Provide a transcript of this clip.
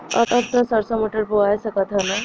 अब त सरसो मटर बोआय सकत ह न?